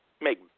Make